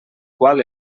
qual